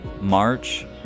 March